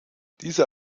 dieser